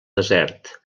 desert